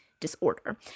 disorder